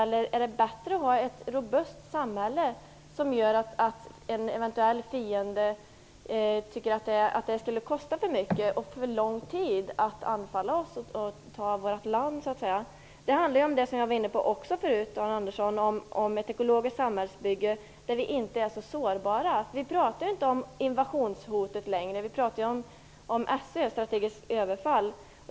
Eller är det bättre att ha ett robust samhälle som gör att en eventuell fiende tycker att det skulle kosta för mycket och ta för lång tid att anfalla oss och ta vårt land? Det handlar om det som jag var inne på förut, Arne Andersson, om ett ekologiskt samhällsbygge där vi inte är så sårbara. Vi talar inte längre om invasionshotet. Vi talar om SÖ, strategiskt överfall.